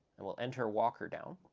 and we'll enter walker down,